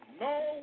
no